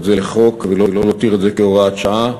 זה לחוק ולא להותיר את זה כהוראת שעה.